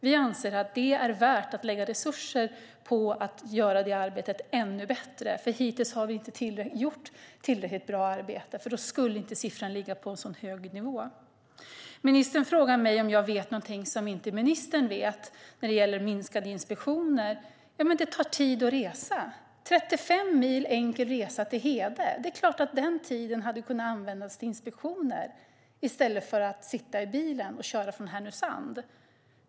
Vi anser att det är värt att lägga resurser på att göra arbetsmiljöarbetet ännu bättre. Hittills har vi inte gjort ett tillräckligt bra arbete, för då skulle inte siffrorna ligga på en så hög nivå. Ministern frågar om jag vet någonting som inte ministern vet när det gäller minskade inspektioner. Nej, men det tar tid att resa. Det är klart att tiden som går åt för 35 mil enkel resa till Hede hade kunnat användas till inspektioner i stället för att sitta i bilen och köra från Härnösand.